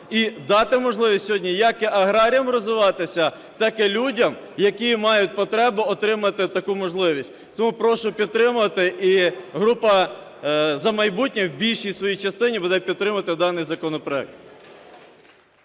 і дати можливість сьогодні як і аграріям розвиватися, так і людям, які мають потребу отримати таку можливість. Тому прошу підтримати. І група "За майбутнє" в більшій своїй частині буде підтримувати даний законопроект.